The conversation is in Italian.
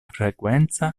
frequenza